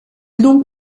donc